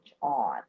on